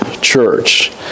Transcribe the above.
church